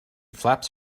flaps